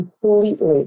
Completely